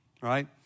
right